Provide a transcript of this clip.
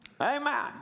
Amen